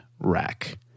rack